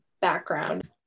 background